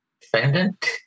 defendant